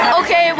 okay